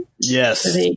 Yes